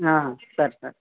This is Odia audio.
ହଁ ହଁ ସାର୍ ସାର୍